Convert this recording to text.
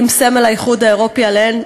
עם סמל האיחוד האירופי עליהן,